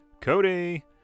Cody